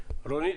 רווית